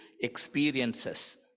experiences